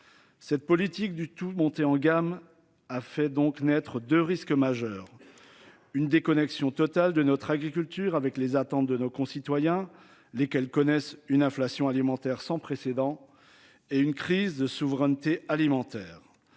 Cette politique du tout monter en gamme a fait donc naître de risques majeurs. Une déconnexion totale de notre agriculture avec les attentes de nos concitoyens, lesquels connaissent une inflation alimentaire sans précédent et une crise de souveraineté alimentaire.